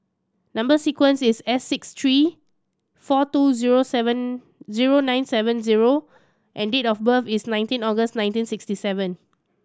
number sequence is S six three four two zero seven zero nine seven zero and date of birth is nineteen August nineteen sixty seven